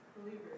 Believers